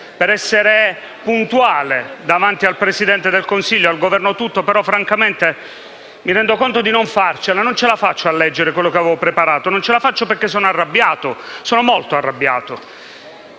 preciso e puntuale davanti al Presidente del Consiglio e al Governo tutto, ma, francamente, mi rendo conto di non farcela. Non ce la faccio a leggere quello che avevo preparato, perché sono arrabbiato. Sono molto arrabbiato